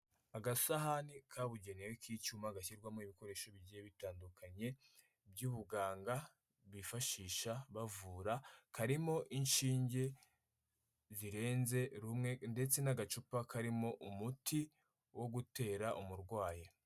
Agasahani kabugenewe k'icyuma gashyirwamo ibikoresho bigiye bitandukanye by'ubuganga bifashisha bavura, karimo inshinge zirenze rumwe ndetse n'agacupa karimo umuti wo gutera umurwayi.